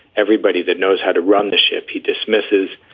everybody that knows how to run the ship. he dismisses.